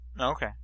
okay